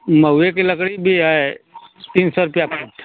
महुए की लकड़ी भी है तीन सौ रुपया है